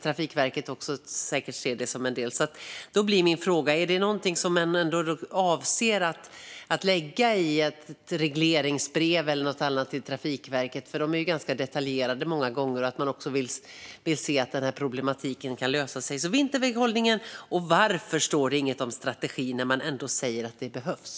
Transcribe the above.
Trafikverket ser det säkert också som en del. Då blir min fråga: Är detta något som man avser att lägga i ett regleringsbrev eller något annat till Trafikverket? De är ju många gånger ganska detaljerade, och man vill också se att den här problematiken kan lösa sig. Jag undrar alltså om vinterväghållningen, och jag undrar varför det inte står något om strategin när man säger att den behövs.